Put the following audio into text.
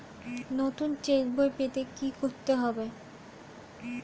নতুন চেক বই পেতে কী করতে হবে?